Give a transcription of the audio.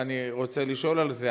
ואני רוצה לשאול על זה,